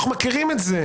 אנחנו מכירים את זה.